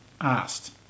asked